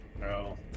No